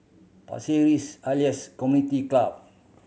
Pasir Ris Elias Community Club